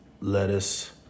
lettuce